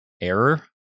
error